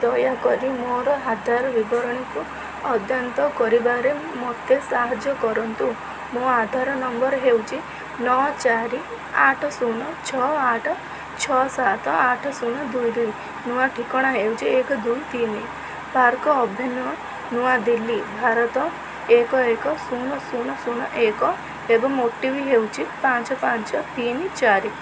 ଦୟାକରି ମୋର ଆଧାର ବିବରଣୀକୁ ଅଦ୍ୟତନ କରିବାରେ ମୋତେ ସାହାଯ୍ୟ କରନ୍ତୁ ମୋର ଆଧାର ନମ୍ବର ହେଉଛି ନଅ ଚାରି ଆଠ ଶୂନ ଛଅ ଆଠ ଛଅ ସାତ ଆଠ ଶୂନ ଦୁଇ ଦୁଇ ନୂଆ ଠିକଣା ହେଉଛି ଏକ ଦୁଇ ତିନି ପାର୍କ ଆଭିନ୍ୟୁ ନୂଆଦିଲ୍ଲୀ ଭାରତ ଏକ ଏକ ଶୂନ ଶୂନ ଶୂନ ଏକ ଏବଂ ଓ ଟି ପି ହେଉଛି ପାଞ୍ଚ ପାଞ୍ଚ ତିନି ଚାରି